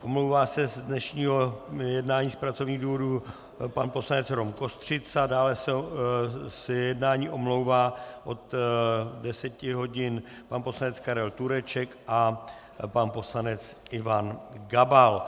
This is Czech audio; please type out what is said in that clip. Omlouvá se z dnešního jednání z pracovních důvodů pan poslanec Rom Kostřica, dále se z jednání omlouvá od 10 hodin pan poslanec Karel Tureček a pan poslanec Ivan Gabal.